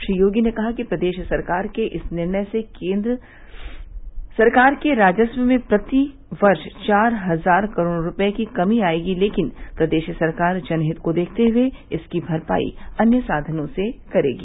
श्री योगी ने कहा कि प्रदेश सरकार के इस निर्णय से सरकार के राजस्व में प्रति वर्ष चार हजार करोड़ रूपये की कमी आयेगी लेकिन प्रदेश सरकार जनहित को देखते हुए इसकी भरपाई अन्य साधनों से करेगी